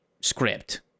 script